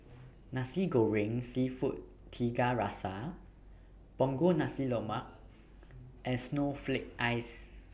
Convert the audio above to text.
Nasi Goreng Seafood Tiga Rasa Punggol Nasi Lemak and Snowflake Ice